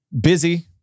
busy